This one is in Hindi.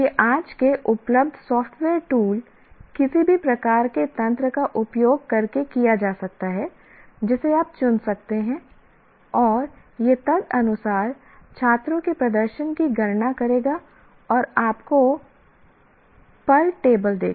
यह आज के उपलब्ध सॉफ़्टवेयर टूल किसी भी प्रकार के तंत्र का उपयोग करके किया जा सकता है जिसे आप चुन सकते हैं और यह तदनुसार छात्रों के प्रदर्शन की गणना करेगा और आपको टेबल देगा